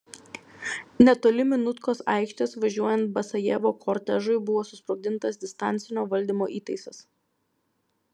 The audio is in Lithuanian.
netoli minutkos aikštės važiuojant basajevo kortežui buvo susprogdintas distancinio valdymo įtaisas